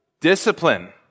Discipline